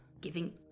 giving